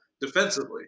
defensively